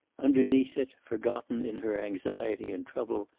underneath it, forgotten in her anxiety and trouble,